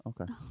Okay